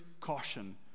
caution